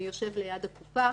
מי יושב ליד הקופה,